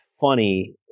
funny